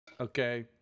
Okay